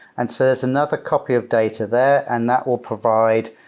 and so there's another copy of data there and that will provide,